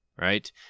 right